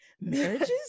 Marriages